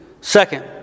Second